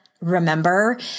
remember